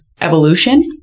evolution